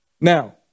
Now